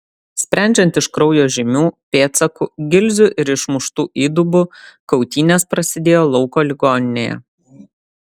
sprendžiant iš kraujo žymių pėdsakų gilzių ir išmuštų įdubų kautynės prasidėjo lauko ligoninėje